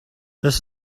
this